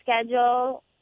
schedule